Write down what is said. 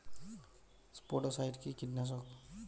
স্পোডোসাইট কি কীটনাশক?